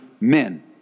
men